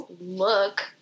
look